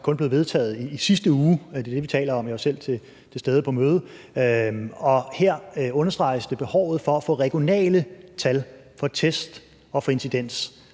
kun blev vedtaget i sidste uge. Det er det, vi taler om, og jeg var selv til stede på mødet, og her understreges behovet for at få regionale tal for test og for incidens